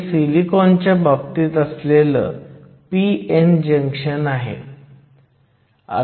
हे सिलिकॉनच्या बाबतीत असलेलं p n जंक्शन आहे